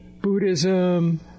Buddhism